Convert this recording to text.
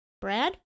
Brad